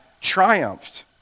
triumphed